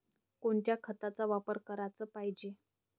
कोनच्या खताचा वापर कराच पायजे?